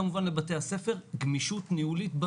וכמובן לבתי הספר, גמישות ניהולית בפתרונות.